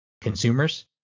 consumers